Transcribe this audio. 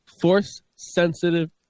force-sensitive